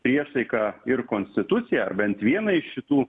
priesaiką ir konstituciją ar bent vieną iš šitų